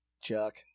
Chuck